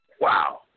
Wow